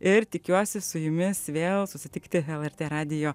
ir tikiuosi su jumis vėl susitikti lrt radijo